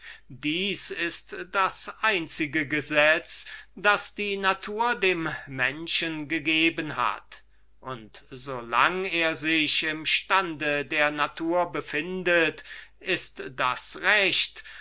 dieses ist das einzige gesetz das die natur dem menschen gegeben hat und so lang er sich im stande der natur befindet ist das recht